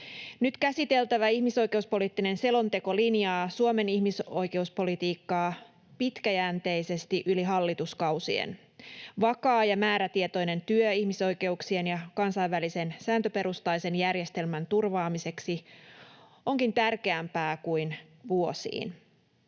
Nyt käsiteltävä ihmisoikeuspoliittinen selonteko linjaa Suomen ihmisoikeuspolitiikkaa pitkäjänteisesti yli hallituskausien. Vakaa ja määrätietoinen työ ihmisoikeuksien ja kansainvälisen sääntöperustaisen järjestelmän turvaamiseksi onkin tärkeämpää kuin vuosiin.